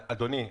אדוני,